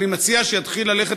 אני מציע שיתחיל ללכת